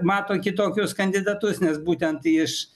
mato kitokius kandidatus nes būtent iš